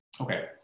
Okay